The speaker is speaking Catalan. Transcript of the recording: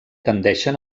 tendeixen